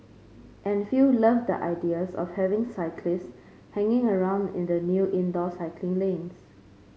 and a few loved the ideas of having cyclists hanging around in the new indoor cycling lanes